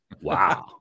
Wow